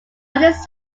artists